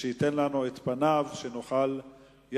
שייתן לנו את פניו כדי שנוכל יחד